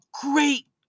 great